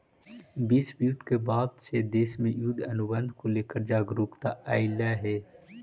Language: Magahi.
विश्व युद्ध के बाद से देश में युद्ध अनुबंध को लेकर जागरूकता अइलइ हे